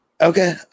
Okay